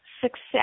success